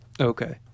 Okay